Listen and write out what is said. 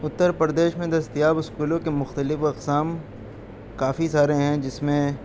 اترپردیش میں دستیاب اسکولوں کے مختلف اقسام کافی سارے ہیں جس میں